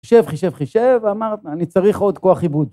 חישב, חישב, חישב, ואמר, אני צריך עוד כוח עיבוד.